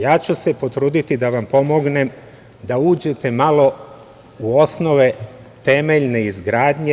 Ja ću se potruditi da vam pomognem da uđete malo u osnove temeljne izgradnje.